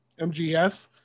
MGF